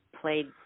played